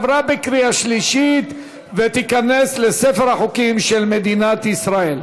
עברה בקריאה שלישית ותיכנס לספר החוקים של מדינת ישראל.